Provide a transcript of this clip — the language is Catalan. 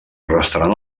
restaran